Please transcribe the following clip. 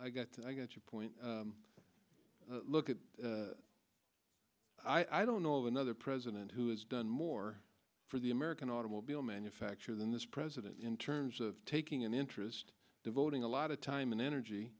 i got i got your point look at i don't know another president who has done more for the american automobile manufacturer than this president in terms of taking an interest devoting a lot of time and energy